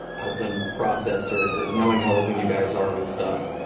help them process, or or knowing how open you guys are with stuff,